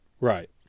Right